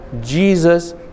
Jesus